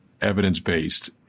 evidence-based